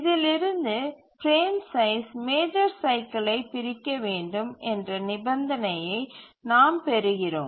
இதில் இருந்து frame size major சைக்கிலை பிரிக்க வேண்டும் என்ற நிபந்தனையைப் நாம் பெறுகிறோம்